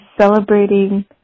celebrating